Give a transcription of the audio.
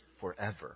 forever